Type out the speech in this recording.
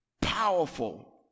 powerful